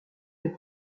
une